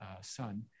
son